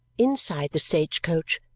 inside the stagecoach,